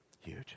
Huge